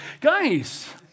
Guys